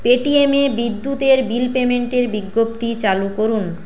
pay টি এমে বিদ্যুতের বিল পেমেন্টের বিজ্ঞপ্তি চালু করুন